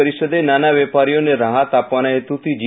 પરિષદે નાના વેપારીઓને રાહત આપવાના હેતુથી જી